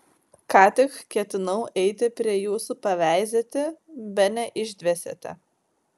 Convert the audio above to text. ką tik ketinau eiti prie jūsų paveizėti bene išdvėsėte